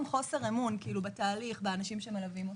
חוסר אמון בתהליך ובאנשים שמלווים אותו.